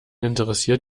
interessiert